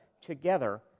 together